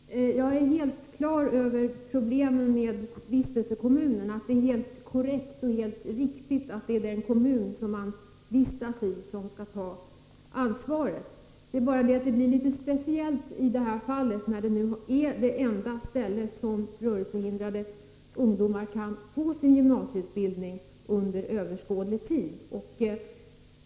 Herr talman! Jag är helt på det klara med problemen med vistelsekommunen. Det är helt korrekt att det är den kommun som man vistas i som skall ta ansvaret. Det är bara det att det blir litet speciellt i detta fall, när det nu är det enda ställe där rörelsehindrade ungdomar kan få sin gymnasieutbildning under överskådlig tid.